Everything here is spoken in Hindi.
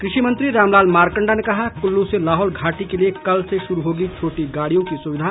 कृषि मंत्री रामलाल मारकंडा ने कहा कुल्लू से लाहौल घाटी के लिए कल से शुरू होगी छोटी गाड़ियों की सुविधा